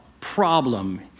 problem